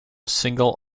single